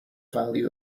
value